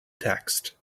text